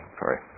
sorry